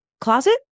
closet